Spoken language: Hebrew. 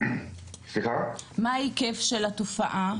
מה ההיקף של התופעה?